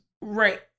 Right